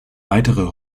weitere